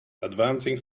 advancing